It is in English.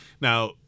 Now